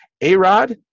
A-Rod